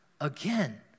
again